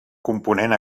component